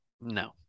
No